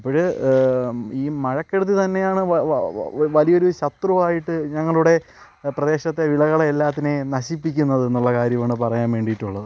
അപ്പോൾ ഈ മഴക്കെടുതി തന്നെയാണ് വ വ വലിയൊരു ശത്രു ആയിട്ട് ഞങ്ങളുടെ പ്രദേശത്തെ വിളകളെ എല്ലാത്തിനെയും നശിപ്പിക്കുന്നത് എന്നുള്ള കാര്യമാണ് പറയാൻ വേണ്ടിയിട്ടുള്ളത്